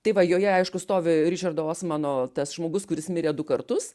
tai va joje aišku stovi ričardo osmano tas žmogus kuris mirė du kartus